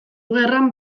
gerran